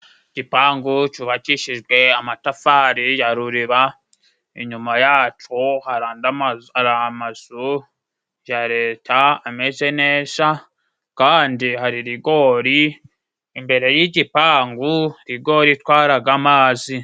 Igipangu cyubakishijwe amatafari ya ruriba， inyuma yaco hari amazu ya Leta ameze neza. Kandi hari rigori imbere y'igipangu， rigori itwaraga amazi.